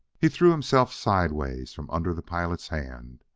he threw himself sideways from under the pilot's hand,